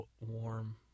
warm